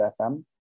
FM